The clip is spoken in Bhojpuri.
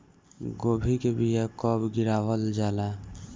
गोभी के बीया कब गिरावल जाला?